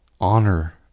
Honor